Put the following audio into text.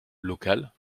locale